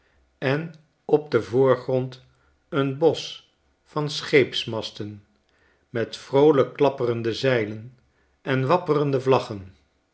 en op den voorgrond een bosch van scheepsmasten m t vroolijk klapperende zeilen en wapperende vlaggen